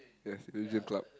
yes illusion club